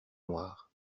noires